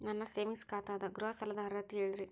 ನನ್ನ ಸೇವಿಂಗ್ಸ್ ಖಾತಾ ಅದ, ಗೃಹ ಸಾಲದ ಅರ್ಹತಿ ಹೇಳರಿ?